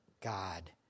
God